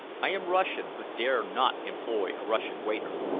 i am russian, but dare not employ a russian waiter.